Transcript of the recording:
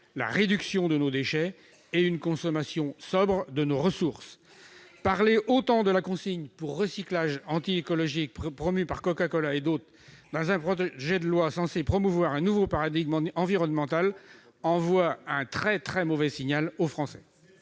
la réduction de nos déchets et une consommation sobre de nos ressources. Accorder une telle place à la consigne pour recyclage, dispositif anti-écologique promu par Coca-Cola et d'autres, dans un projet de loi censé promouvoir un nouveau paradigme environnemental envoie un très mauvais signal aux Français.